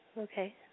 Okay